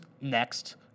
next